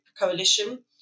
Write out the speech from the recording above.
coalition